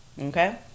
Okay